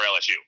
LSU